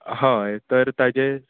हय तर ताजें